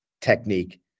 technique